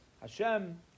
Hashem